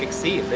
like see.